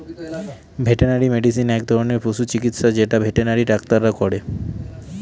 veterinary medicine এক ধরনের পশু চিকিৎসা যেটা ভেটেনারি ডাক্তাররা করে